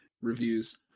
reviews